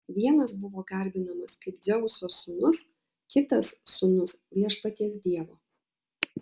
vienas buvo garbinamas kaip dzeuso sūnus kitas sūnus viešpaties dievo